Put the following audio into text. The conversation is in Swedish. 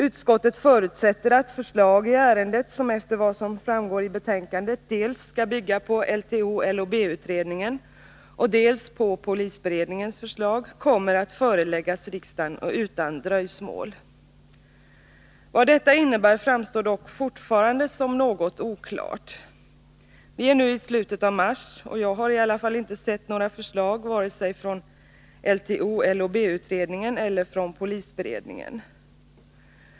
Utskottet förutsätter att förslag i ärendet — som, efter vad som framgår i betänkandet, skall bygga dels på LTO LOB-utredningen eller från polisberedningen.